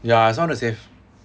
ya I also wanna save